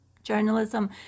journalism